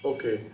Okay